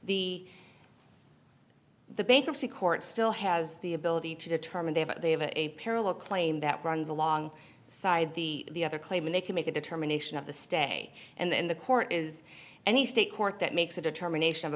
the the bankruptcy court still has the ability to determine they have they have a parallel claim that runs along side the other claim and they can make a determination of the stay and then the court is any state court that makes a determination of a